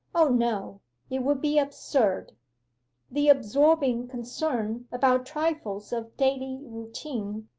o no it would be absurd the absorbing concern about trifles of daily routine,